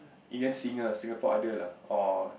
Indian singer Singapore Idol lah or